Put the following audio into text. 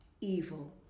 evil